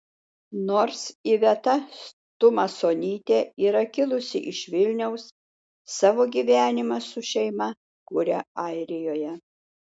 nors iveta tumasonytė yra kilusi iš vilniaus savo gyvenimą su šeima kuria airijoje